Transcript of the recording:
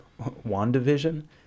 WandaVision